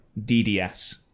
DDS